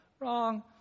Wrong